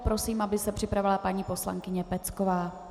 Prosím, aby se připravila paní poslankyně Pecková.